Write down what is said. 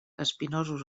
espinosos